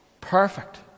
Perfect